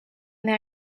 they